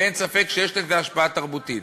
ואין ספק שיש לזה השפעה תרבותית.